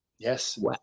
Yes